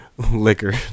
Liquor